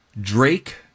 Drake